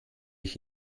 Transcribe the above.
ich